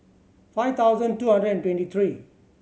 five thousand two hundred and twenty three